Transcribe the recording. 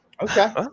Okay